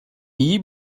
i̇yi